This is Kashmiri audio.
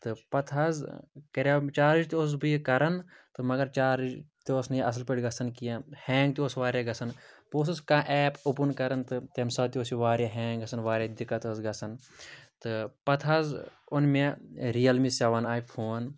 تہٕ پَتہٕ حظ کَریٛاو چارٕج تہِ اوسُس بہٕ یہِ کَران تہٕ مگر چارج تہِ اوس نہٕ یہِ اَصٕل پٲٹھۍ گژھان کیٚنٛہہ ہینٛگ تہِ اوس واریاہ گژھان بہٕ اوسُس کانٛہہ ایپ اوٚپُن کَران تہٕ تمہِ ساتہٕ تہِ اوس یہِ واریاہ ہینٛگ گژھنا واریاہ دِقعت ٲسۍ گژھان تہٕ پَتہٕ حظ اوٚن مےٚ رِیَل می سیٚوَن آے فون